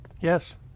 Yes